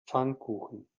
pfannkuchen